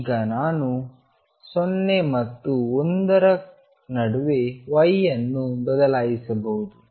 ಈಗ ನಾನು 0 ಮತ್ತು 1 ರ ನಡುವೆ y ಅನ್ನು ಬದಲಾಯಿಸಬಹುದು